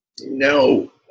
No